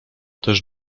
też